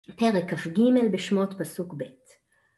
פרק כג בשמות פסוק ב'